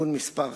(תיקון מס'